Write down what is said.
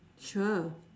sure